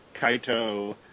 Kaito